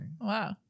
Wow